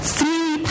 three